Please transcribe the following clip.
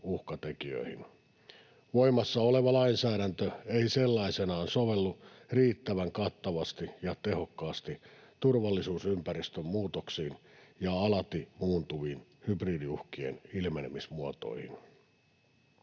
Voimassa oleva lainsäädäntö ei sellaisenaan sovellu riittävän kattavasti ja tehokkaasti turvallisuusympäristön muutoksiin ja alati muuntuviin hybridiuhkien ilmenemismuotoihin.